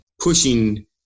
pushing